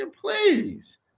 please